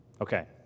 Okay